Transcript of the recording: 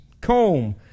comb